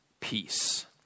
peace